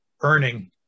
earning